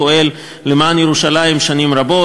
פועל למען ירושלים שנים רבות,